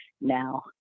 now